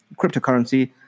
cryptocurrency